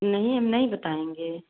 नहीं हम नहीं बताएँगे